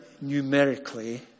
numerically